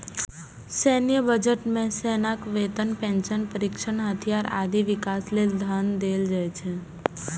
सैन्य बजट मे सेनाक वेतन, पेंशन, प्रशिक्षण, हथियार, आदिक विकास लेल धन देल जाइ छै